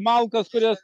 malkas kurias